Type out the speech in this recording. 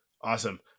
awesome